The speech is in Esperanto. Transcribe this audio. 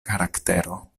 karaktero